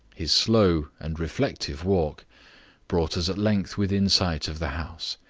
his slow and reflective walk brought us at length within sight of the house.